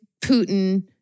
Putin